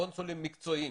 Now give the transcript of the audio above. קונסולים מקצועיים.